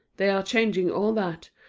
they are changing all that,